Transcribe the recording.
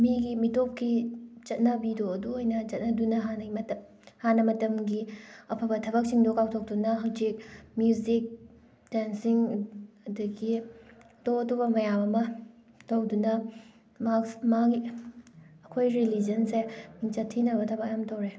ꯃꯤꯒꯤ ꯃꯤꯇꯣꯞꯀꯤ ꯆꯠꯅꯕꯤꯗꯣ ꯑꯗꯨ ꯑꯣꯏꯅ ꯆꯠꯅꯗꯨꯅ ꯍꯥꯟꯅꯒꯤ ꯍꯥꯟꯅ ꯃꯇꯝꯒꯤ ꯑꯐꯕ ꯊꯕꯛꯁꯤꯡꯗꯣ ꯀꯥꯎꯊꯣꯛꯇꯨꯅ ꯍꯧꯖꯤꯛ ꯃ꯭ꯌꯨꯖꯤꯛ ꯗꯦꯟꯁꯤꯡ ꯑꯗꯒꯤ ꯑꯇꯣꯞ ꯑꯇꯣꯞꯄ ꯃꯌꯥꯝ ꯑꯃ ꯇꯧꯗꯨꯅ ꯃꯥꯒꯤ ꯑꯩꯈꯣꯏ ꯔꯤꯂꯤꯖꯟꯁꯦ ꯃꯤꯡꯆꯠ ꯊꯤꯅꯕ ꯊꯕꯛ ꯌꯥꯝ ꯇꯧꯋꯦ